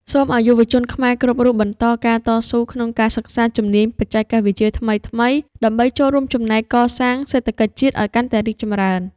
សូមឱ្យយុវជនខ្មែរគ្រប់រូបបន្តការតស៊ូក្នុងការសិក្សាជំនាញបច្ចេកវិទ្យាថ្មីៗ ដើម្បីចូលរួមចំណែកកសាងសេដ្ឋកិច្ចជាតិឱ្យកាន់តែរីកចម្រើន។